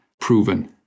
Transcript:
proven